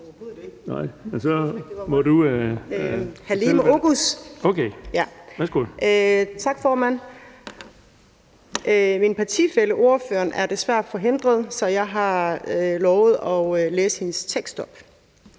Tak, formand. Min partifælle, som er ordfører, er desværre forhindret, så jeg har lovet at læse hendes tekst op.